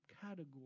category